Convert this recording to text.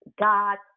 God